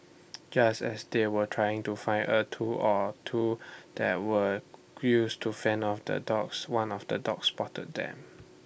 just as they were trying to find A tool or two that were use to fend off the dogs one of the dogs spotted them